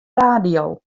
radio